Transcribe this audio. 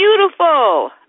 beautiful